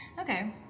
okay